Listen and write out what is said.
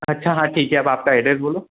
अच्छा हाँ ठीक ही अब आपका एड्रेस बोलो